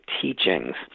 teachings